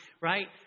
right